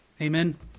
Amen